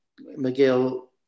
Miguel